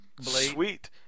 Sweet